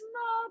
no